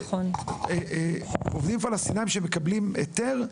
עובדים פלשתינאים שמקבלים היתר,